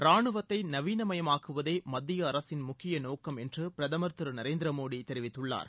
ராணுவத்தை நவீனமயமாக்குவதே மத்திய அரசு முக்கிய நோக்கம் என்று பிரதமர் திரு நரேந்திர மோடி தெரிவித்துள்ளார்